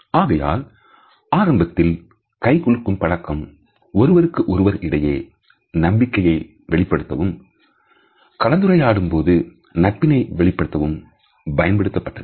ஆகையால் ஆரம்பத்தில் கை குலுக்கும் பழக்கம் ஒருவருக்கு ஒருவர் இடையே நம்பிக்கையை வெளிப்படுத்தவும் கலந்துரையாடும் போது நட்பினை வெளிப்படுத்தவும் பயன்படுத்தப்பட்டது